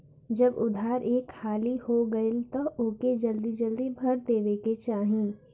जब उधार एक हाली हो गईल तअ ओके जल्दी जल्दी भर देवे के चाही